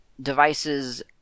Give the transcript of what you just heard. devices